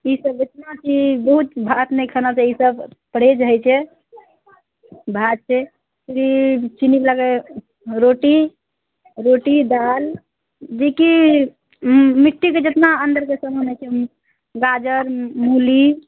ई सब एतना चीज बहुत भात नहि खाना चाही सब परहेज होइ छै भात छै चीन्नीवला के रोटी रोटी दालि जे कि मिट्टीके जितना अन्दरके सामान होइ छै गाजर मूली